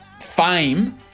fame